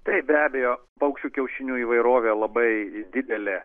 tai be abejo paukščių kiaušinių įvairovė labai didelė